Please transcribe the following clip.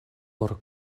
por